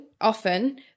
often